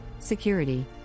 Security